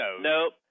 Nope